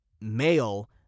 male